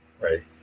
Right